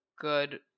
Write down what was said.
good